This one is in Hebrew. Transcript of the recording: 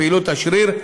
פעילות השריר,